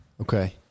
Okay